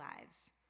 lives